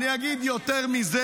אני אגיד יותר מזה.